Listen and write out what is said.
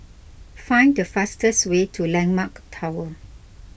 find the fastest way to Landmark Tower